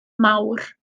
mawr